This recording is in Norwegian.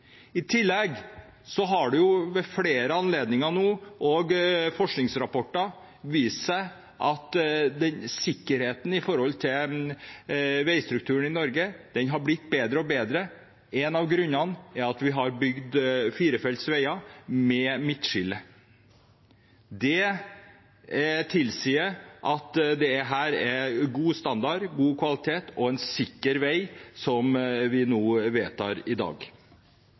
I tillegg har det ved flere anledninger vist seg – og forskningsrapporter har vist – at sikkerheten ved veistrukturen i Norge har blitt bedre og bedre. En av grunnene er at vi har bygd firefelts veier med midtskiller. Det tilsier at det er god standard, god kvalitet og en sikker vei vi vedtar i dag.